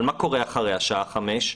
אבל מה קורה אחרי השעה 17:00?